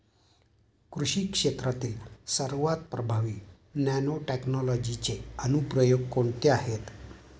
कृषी क्षेत्रातील सर्वात प्रभावी नॅनोटेक्नॉलॉजीचे अनुप्रयोग कोणते आहेत?